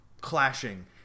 clashing